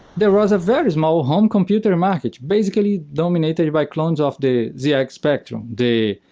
there was a very small home computer market, basically dominated by clones of the zx yeah spectrum. the,